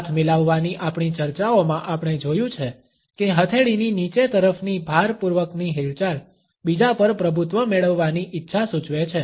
હાથ મિલાવવાની આપણી ચર્ચાઓમાં આપણે જોયું છે કે હથેળીની નીચે તરફની ભારપૂર્વકની હિલચાલ બીજા પર પ્રભુત્વ મેળવવાની ઇચ્છા સૂચવે છે